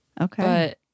Okay